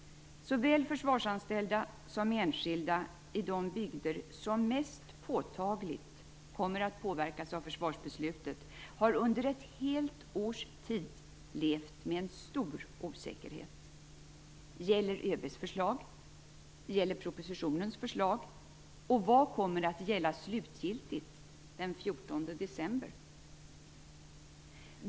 Såväl försvarsanställda som enskilda i de bygder som mest påtagligt kommer att påverkas av försvarsbeslutet har under ett helt års tid levt med en stor osäkerhet. Gäller ÖB:s förslag? Gäller propositionens förslag? Vad kommer att gälla slutgiltigt den 14 december?